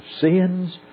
sins